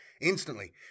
instantly